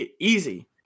easy